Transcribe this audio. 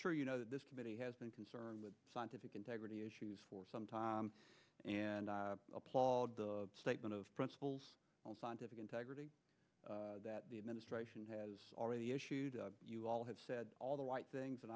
sure you know that this committee has been concerned with scientific integrity issues for some time and i applaud the statement of principles on scientific integrity that the administration has already issued you all have said all the white things